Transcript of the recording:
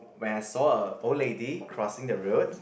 where I saw a old lady crossing the road